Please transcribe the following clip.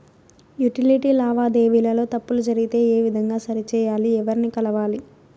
Utility లావాదేవీల లో తప్పులు జరిగితే ఏ విధంగా సరిచెయ్యాలి? ఎవర్ని కలవాలి?